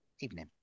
evening